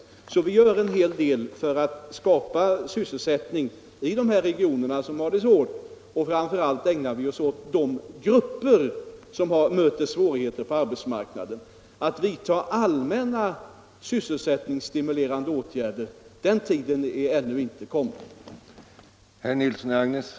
Vi gör således en hel del för att skapa sysselsättning i de regioner som har det svårt, och framför allt ägnar vi oss åt grupper som möter svårigheter på arbetsmarknaden. Den tiden är ännu inte kommen då man skall vidta allmänna sysselsättningsskapande åtgärder.